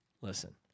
listen